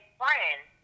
friends